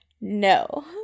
No